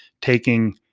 taking